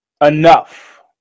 enough